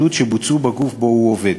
12730, נספחות.]